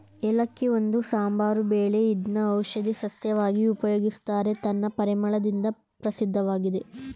ಏಲಕ್ಕಿ ಒಂದು ಸಾಂಬಾರು ಬೆಳೆ ಇದ್ನ ಔಷಧೀ ಸಸ್ಯವಾಗಿ ಉಪಯೋಗಿಸ್ತಾರೆ ತನ್ನ ಪರಿಮಳದಿಂದ ಪ್ರಸಿದ್ಧವಾಗಯ್ತೆ